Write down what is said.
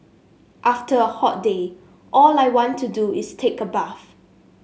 after a hot day all I want to do is take a bath